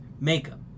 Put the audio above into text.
makeup